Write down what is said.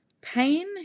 pain